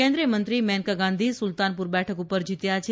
કેન્દ્રીય મંત્રી મેનકા ગાંધી સુલતાનપુર બેઠક ઉપર જીત્યા છે